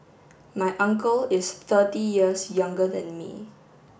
my uncle is thirty years younger than me